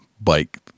bike